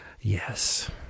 Yes